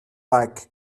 like